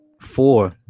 four